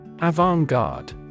Avant-garde